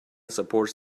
supports